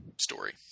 story